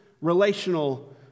relational